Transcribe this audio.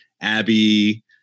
Abby